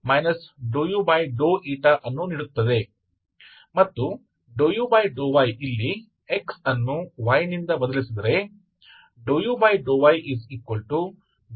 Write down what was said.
ಮತ್ತು ∂u∂yಇಲ್ಲಿ x ಅನ್ನು y ನಿಂದ ಬದಲಿಸಿದರೆ ∂u∂y∂u